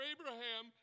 Abraham